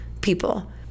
people